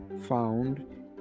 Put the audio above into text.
found